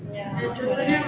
ya correct